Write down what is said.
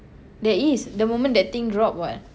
there is the moment that thing drop [what]